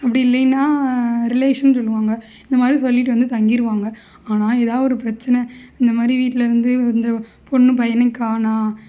அப்படி இல்லேன்னா ரிலேஷன்னு சொல்வாங்க இந்தமாதிரி சொல்லிவிட்டு வந்து தங்கிடுவாங்க ஆனால் எதாவுது ஒரு பிரச்சனை இந்தமாதிரி வீட்டுலேருந்து இந்த பொண்ணும் பையனையும் காணோம்